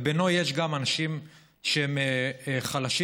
ויש בו גם אנשים שהם חלשים,